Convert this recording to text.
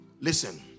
Listen